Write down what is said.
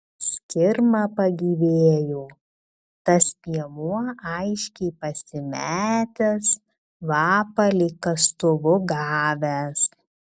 skirma pagyvėjo tas piemuo aiškiai pasimetęs vapa lyg kastuvu gavęs